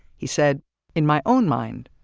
he said in my own mind,